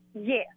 Yes